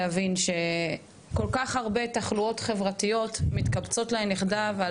להבין שכל כך הרבה תחלואות חברתיות מתקבצות להן יחדיו,